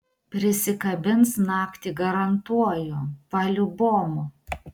prisikabins naktį garantuoju paliubomu